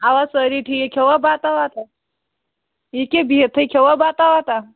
اَوا سٲرِی ٹھیٖک کھٮ۪وا بَتا وَتا یہِ کہِ بِہتھٕے کھٮ۪وا بَتا وَتا